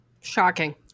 Shocking